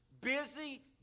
busy